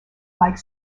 like